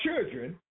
children